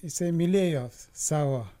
jisai mylėjo savo